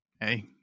hey